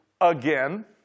again